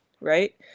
right